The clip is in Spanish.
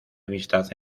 amistad